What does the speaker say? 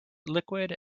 liquid